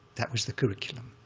that was the curriculum,